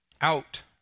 out